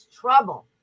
trouble